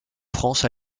france